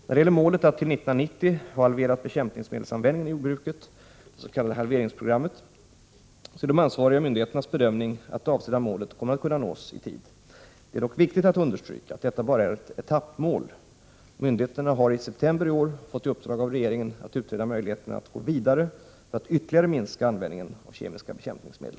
När det gäller målet att till år 1990 ha halverat bekämpningsmedelsanvändningen i jordbruket, det s.k. halveringsprogrammet, är det de ansvariga myndigheternas bedömning att det avsedda målet kommer att kunna nås i tid. Det är dock viktigt att understryka att detta bara är ett etappmål. Myndigheterna har i september i år fått i uppdrag av regeringen att utreda möjligheterna att gå vidare för att ytterligare minska användningen av kemiska bekämpningsmedel.